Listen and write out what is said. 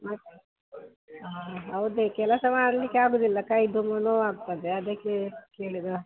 ಮತ್ತು ಹೌದೇ ಕೆಲಸ ಮಾಡ್ಲಿಕ್ಕೆ ಆಗೋದಿಲ್ಲ ಕೈ ತುಂಬ ನೋವಾಗ್ತದೆ ಅದಕ್ಕೆ ಕೇಳಿದೆ